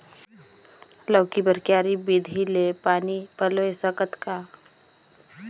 लौकी बर क्यारी विधि ले पानी पलोय सकत का?